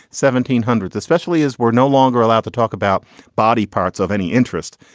seventeen hundreds, especially as we're no longer allowed to talk about body parts of any interest.